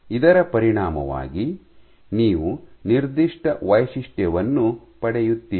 ಇದರ ಪರಿಣಾಮವಾಗಿ ನೀವು ನಿರ್ದಿಷ್ಟ ವೈಶಿಷ್ಟ್ಯವನ್ನು ಪಡೆಯುತ್ತೀರಿ